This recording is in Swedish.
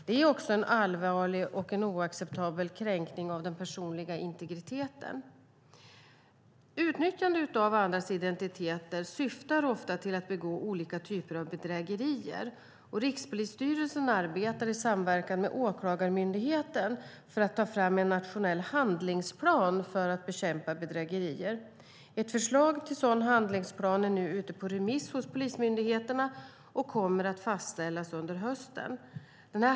Det är också en allvarlig och oacceptabel kränkning av den personliga integriteten. Utnyttjandet av andras identiteter syftar ofta till att begå olika typer av bedrägerier. Rikspolisstyrelsen arbetar, i samverkan med Åklagarmyndigheten, med att ta fram en nationell handlingsplan för att bekämpa bedrägerier. Ett förslag till handlingsplan är nu ute på remiss hos polismyndigheterna och kommer att fastställas under hösten.